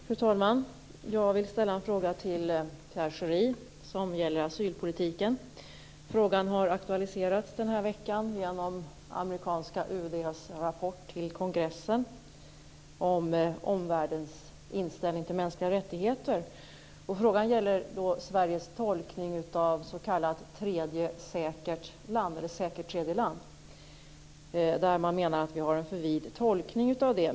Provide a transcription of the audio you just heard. Fru talman! Jag vill ställa en fråga till Pierre Schori som gäller asylpolitiken. Frågan har aktualiserats den här veckan genom amerikanska UD:s rapport till kongressen om omvärldens inställning till de mänskliga rättigheterna. Frågan gäller Sveriges tolkning av s.k. säkert tredje land. Man menar att vi har en för vid tolkning av det.